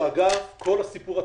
כל הסיפור התרבותי,